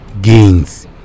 gains